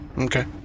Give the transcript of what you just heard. Okay